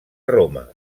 roma